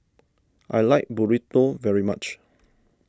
I like Burrito very much